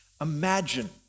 Imagine